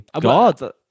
God